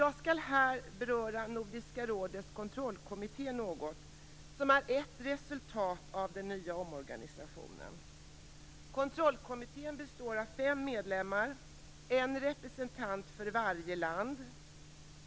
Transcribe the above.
Jag skall något beröra Nordiska rådets kontrollkommitté som är ett resultat av omorganisationen. Kontrollkommittén består av fem medlemmar, en representant för varje land.